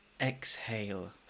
exhale